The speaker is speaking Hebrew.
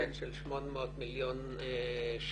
-- הכנסה נוספת של 800 מיליון שקל,